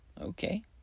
Okay